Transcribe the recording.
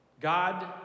God